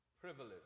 privilege